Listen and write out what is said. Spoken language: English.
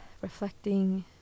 reflecting